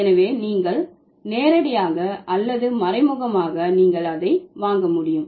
எனவே நீங்கள் நேரடியாக அல்லது மறைமுகமாக நீங்கள் அதை வாங்க முடியும்